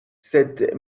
sed